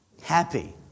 Happy